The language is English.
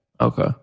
Okay